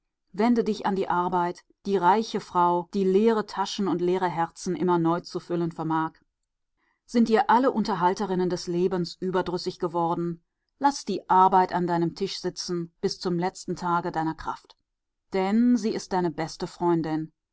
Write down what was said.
wende dich an die arbeit die reiche frau die leere taschen und leere herzen immer neu zu füllen vermag sind dir alle unterhalterinnen des lebens überdrüssig geworden laß die arbeit an deinem tisch sitzen bis zum letzten tage deiner kraft denn sie ist deine beste freundin